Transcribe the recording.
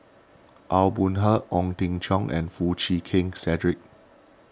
Aw Boon Haw Ong Jin Teong and Foo Chee Keng Cedric